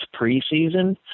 preseason